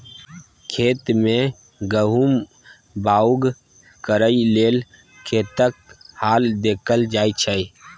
खेत मे गहुम बाउग करय लेल खेतक हाल देखल जाइ छै